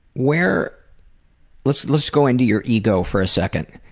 where let's let's go into your ego for a second